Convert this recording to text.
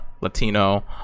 Latino